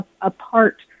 apart